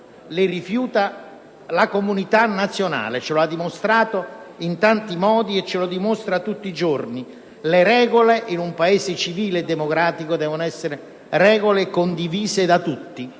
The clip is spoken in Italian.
le rifiuta la comunità nazionale; ce lo ha dimostrato in tanti modi e ce lo dimostra tutti i giorni. Le regole in un Paese civile e democratico devono essere regole condivise da tutti.